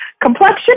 Complexion